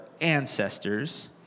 ancestors